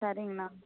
சரிங்கண்ணா